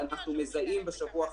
אנחנו פועלים יחד עם חמ"ל פיקוד העורף.